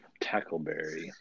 Tackleberry